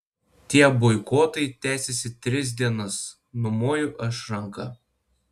tie boikotai tęsiasi tris dienas numoju aš ranka